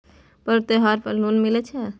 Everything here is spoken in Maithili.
पर्व त्योहार पर लोन मिले छै?